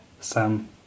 Sam